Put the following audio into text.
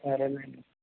సరేనండి